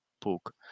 book